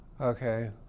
Okay